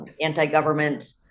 anti-government